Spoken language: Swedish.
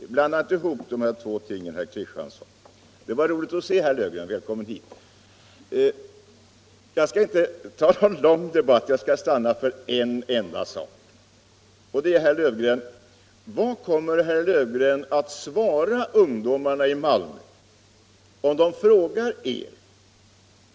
Blanda inte ihop dessa två ting, herr Kristiansson! Det var roligt att se herr Löfgren i kammaren. Välkommen hit! Jag skall inte ta upp någon lång debatt utan skall bara ställa en enda fråga.